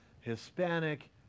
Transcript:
Hispanic